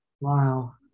wow